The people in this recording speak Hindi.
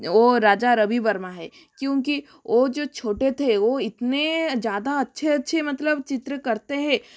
वह राजा रवि वर्मा है क्योंकि वह जो छोटे थे वह इतने ज़्यादा अच्छे अच्छे मतलब चित्र करते हैं